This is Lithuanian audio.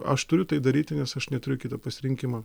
aš turiu tai daryti nes aš neturiu kito pasirinkimo